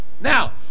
Now